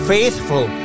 Faithful